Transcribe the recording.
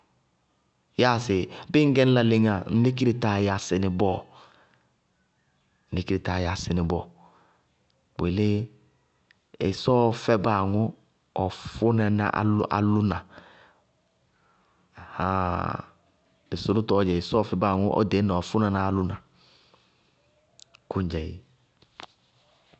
Yáa sɩ bíɩ ŋñ gɛ ñ la léŋáa, ŋ lékire táa yásɩ ní bɔɔ. Bʋ yelé ɩsɔɔ fɛ báa aŋʋ ɔ fʋnaná álʋna. Aháaaa! Dɩ sʋlʋtɔɔ dzɛ ɩsɔɔɔ fɛ báa aŋʋ ɔ ɖeñna ɔ fʋnaná álʋna. Kʋŋdzɛ éé.